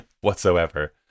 whatsoever